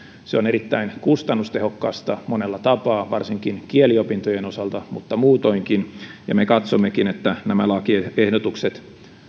se on erittäin kustannustehokasta monella tapaa varsinkin kieliopintojen osalta mutta muutoinkin ja me katsommekin että nämä lakiehdotukset